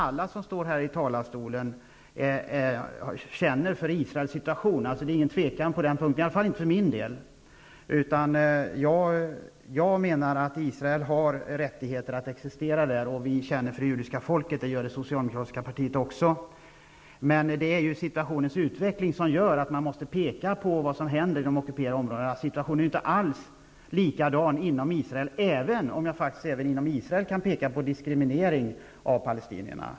Alla som står här i talarstolen känner för Israels situation -- det är inget tvivel på den punkten. Israel har rättighet att existera där. Vi socialdemokrater känner för det judiska folket, men situationens utveckling gör att man måste peka på vad som händer i de ockuperade områdena. Situationen är ju inte alls lika inne i Israel, även man också där kan peka på diskriminering av palestinierna.